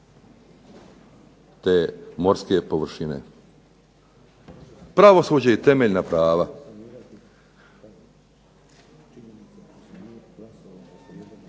te morske površine. Pravosuđe i temeljna prava,